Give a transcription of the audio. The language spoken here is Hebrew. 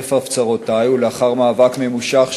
חרף הפצרותי ולאחר מאבק ממושך,